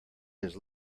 his